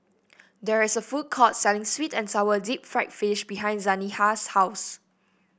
there is a food court selling sweet and sour Deep Fried Fish behind Zaniyah's house